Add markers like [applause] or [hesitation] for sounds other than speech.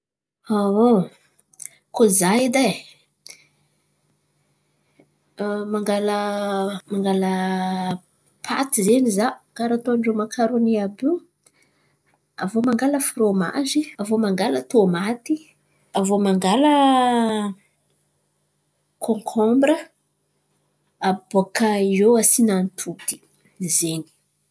[hesitation] Kô zah edy ai, mangàla mangàla paty zen̈y zah karà ataon̈drô makaroni àby io. Avô mangàla fromagy avô mangàla tômaty avô mangàla konkombra abôkà eo asaiana antody, zen̈!